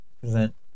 Present